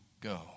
go